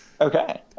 Okay